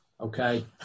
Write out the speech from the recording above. okay